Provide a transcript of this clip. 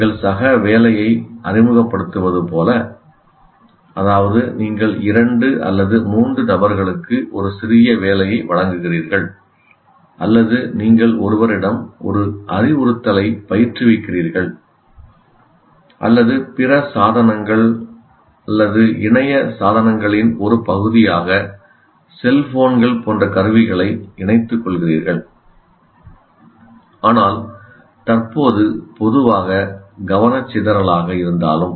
நீங்கள் சக வேலையை அறிமுகப்படுத்துவது போல அதாவது நீங்கள் இரண்டு அல்லது மூன்று நபர்களுக்கு ஒரு சிறிய வேலையை வழங்குகிறீர்கள் அல்லது நீங்கள் ஒருவரிடம் ஒரு அறிவுறுத்தலைப் பயிற்றுவிக்கிறீர்கள் அல்லது பிற சாதனங்கள் அல்லது இணைய சாதனங்களின் ஒரு பகுதியாக செல்போன்கள் போன்ற கருவிகளை இணைத்துக்கொள்கிறீர்கள் ஆனால் தற்போது பொதுவாக கவனச்சிதறலாக இருந்தாலும்